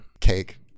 cake